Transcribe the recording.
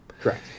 Correct